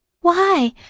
Why